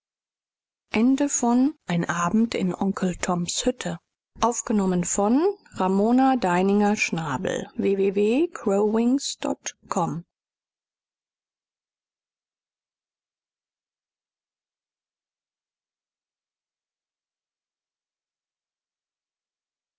in onkel tom's hütte